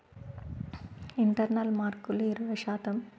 internal మార్కులు ఇరవై శాతం